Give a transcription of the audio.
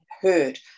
heard